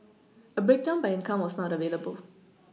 a breakdown by income was not available